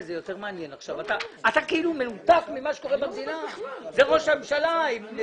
100. משרד ראש הממשלה.